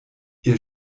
ihr